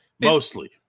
Mostly